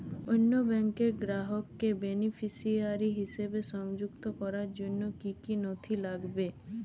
অন্য ব্যাংকের গ্রাহককে বেনিফিসিয়ারি হিসেবে সংযুক্ত করার জন্য কী কী নথি লাগবে?